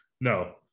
no